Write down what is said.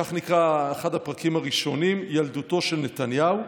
כך אחד נקרא אחד הפרקים הראשונים: ילדותו של נתניהו.